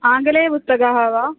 आङ्गले पुस्तकानि वा